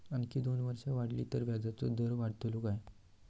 आणखी दोन वर्षा वाढली तर व्याजाचो दर वाढतलो काय?